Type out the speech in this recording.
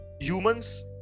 humans